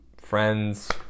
friends